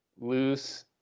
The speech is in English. loose